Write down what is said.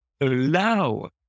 allow